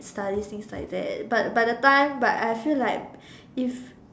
studies things like that but by the time but I feel like it's